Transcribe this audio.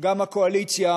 גם הקואליציה